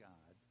God